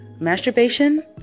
masturbation